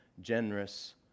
generous